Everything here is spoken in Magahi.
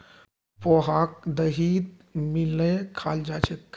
पोहाक दहीत मिलइ खाल जा छेक